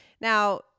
Now